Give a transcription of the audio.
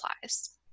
applies